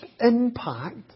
impact